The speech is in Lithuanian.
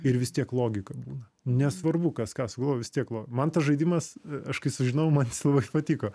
ir vis tiek logika būna nesvarbu kas ką sugalvoja vis tiek lo man tas žaidimas aš kai sužinojau man jis labai patiko